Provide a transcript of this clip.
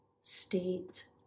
state